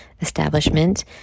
establishment